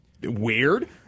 weird